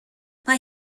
mae